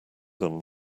them